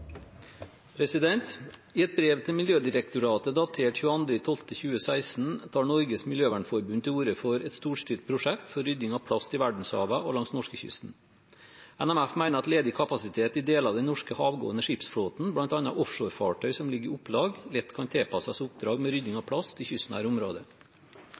I et brev til Miljødirektoratet datert 22. desember 2016 tar Norges Miljøvernforbund til orde for et storstilt prosjekt for rydding av plast i verdenshavene og langs norskekysten. NMF mener at ledig kapasitet i deler av den norske havgående skipsflåten, bl.a. offshorefartøy som ligger i opplag, lett kan tilpasses oppdrag med rydding av plast i kystnære områder.